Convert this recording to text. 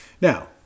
Now